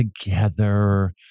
together